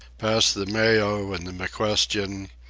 passed the mayo and the mcquestion,